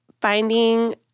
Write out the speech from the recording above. finding